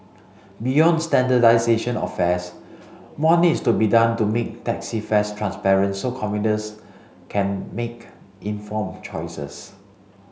beyond standardisation of fares more needs to be done to make taxi fares transparent so commuters can make informed choices